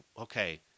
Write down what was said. okay